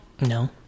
No